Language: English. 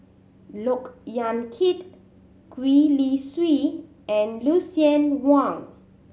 Look Yan Kit Gwee Li Sui and Lucien Wang